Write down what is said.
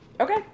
Okay